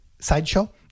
sideshow